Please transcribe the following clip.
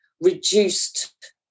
reduced